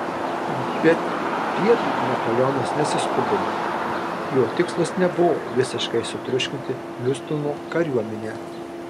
bet pietų napoleonas nesiskubino jo tikslas nebuvo visiškai sutriuškinti hiustono kariuomenę